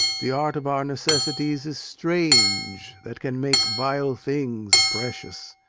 the art of our necessities is strange, that can make vile things precious.